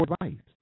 advice